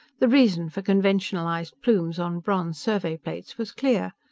the reason for conventionalized plumes on bronze survey plates was clear.